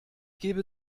gebe